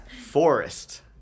Forest